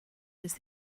just